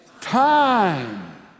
Time